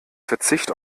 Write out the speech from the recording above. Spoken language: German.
verzicht